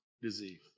disease